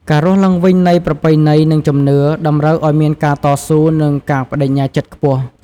ការរស់ឡើងវិញនៃប្រពៃណី និងជំនឿ តម្រូវឱ្យមានការតស៊ូ និងការប្តេជ្ញាចិត្តខ្ពស់។